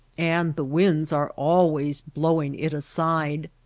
and the winds are always blowing it aside.